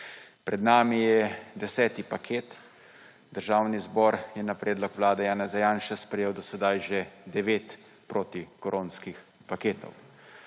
Pred nami je 10. paket. Državni zbor je na predlog Vlade Janeza Janše sprejel do sedaj že devet protikoronskih paketov.